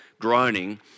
groaning